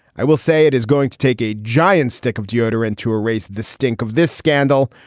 i will say it is going to take a giant stick of deodorant to ah raise the stink of this scandal.